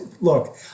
Look